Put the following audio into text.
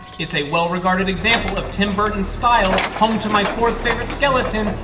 it's a well regarded example of tim burton's style, home to my fourth favorite skeleton,